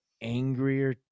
angrier